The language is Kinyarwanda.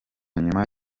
nyuma